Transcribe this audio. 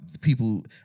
people